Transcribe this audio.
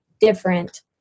different